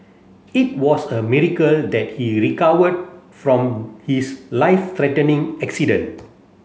it was a miracle that he recovered from his life threatening accident